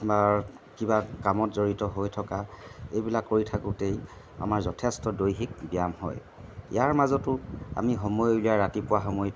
বা কিবা কামত জড়িত হৈ থকা এইবিলাক কৰি থাকোঁতেই আমাৰ যথেষ্ট দৈহিক ব্যায়াম হয় ইয়াৰ মাজতো আমি সময় উলিয়াই ৰাতিপুৱা সময়ত